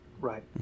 right